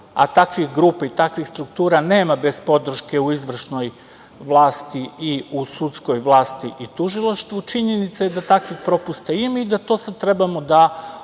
a takvih grupa i takvih struktura nema bez podrške u izvršnoj vlasti i u sudskoj vlasti i tužilaštvu, činjenica je da takvih propusta ima i da to sad trebamo